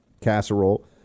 casserole